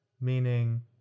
meaning